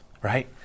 right